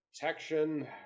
protection